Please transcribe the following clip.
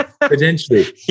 potentially